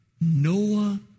Noah